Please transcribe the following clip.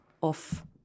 off